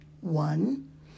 one